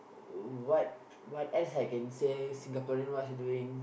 what what else I can say Singaporeans what's doing